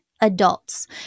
adults